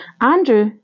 Andrew